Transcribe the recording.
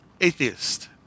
Atheist